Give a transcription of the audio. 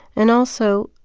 and also,